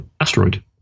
asteroid